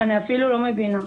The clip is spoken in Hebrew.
אני אפילו לא מבינה.